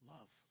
Love